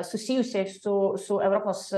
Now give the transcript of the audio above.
susijusiais su su europos